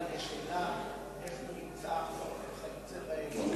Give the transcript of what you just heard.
איך מוצה החוק וכיוצא באלה,